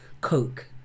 coke